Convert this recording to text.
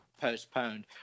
postponed